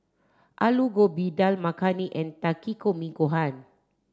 Alu Gobi Dal Makhani and Takikomi Gohan